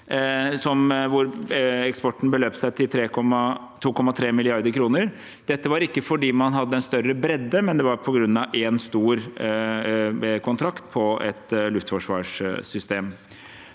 hvor eksporten beløp seg til 2,3 mrd. kr. Dette var ikke fordi man hadde en større bredde, men det var på grunn av én stor kontrakt på et luftforsvarssystem.